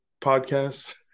podcasts